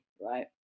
right